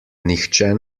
nihče